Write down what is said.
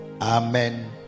Amen